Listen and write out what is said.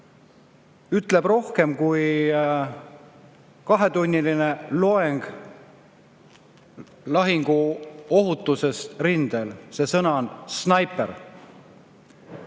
ütleb rohkem kui kahetunniline loeng lahinguohutusest rindel. See sõna on "snaiper".